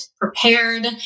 prepared